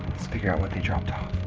lets figure out what they dropped off.